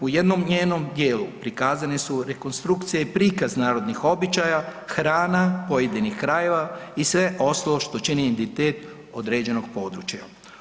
U jednom njenom djelu prikazane su rekonstrukcije i prikaz narodnih običaja, hrana pojedinih krajeva i sve ostalo što čini identitet određenog područja.